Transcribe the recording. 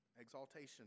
exaltation